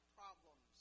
problems